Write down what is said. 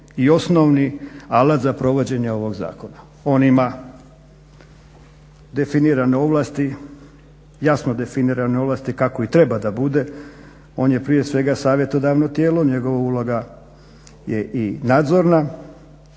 i osnovni alat za provođenje ovog zakona. On ima definirane ovlasti, jasno definirane ovlasti kako i treba da bude, on je prije svega savjetodavno tijelo, njegova uloga je i nadzorna,